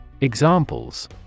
Examples